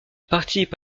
participe